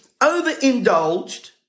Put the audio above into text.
overindulged